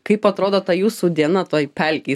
kaip atrodo ta jūsų diena toj pelkėj